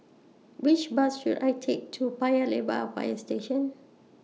Which Bus should I Take to Paya Lebar Fire Station